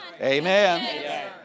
Amen